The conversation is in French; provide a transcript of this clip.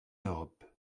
europe